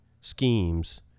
schemes